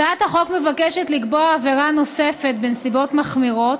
הצעת החוק מבקשת לקבוע עבירה נוספת בנסיבות מחמירות